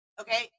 Okay